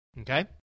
Okay